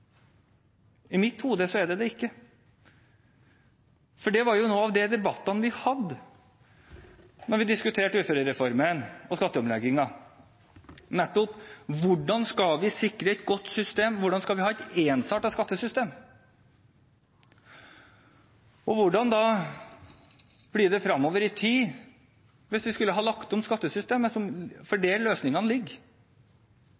I mitt hode er det ikke det. I de debattene vi hadde da vi diskuterte uførereformen og skatteomleggingen, var noe av det nettopp hvordan vi skal sikre et godt system, hvordan vi skal ha et ensartet skattesystem, og hvordan det blir fremover i tid hvis vi skulle ha lagt om skattesystemet, for det er der løsningene ligger.